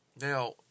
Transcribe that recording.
Now